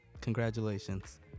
congratulations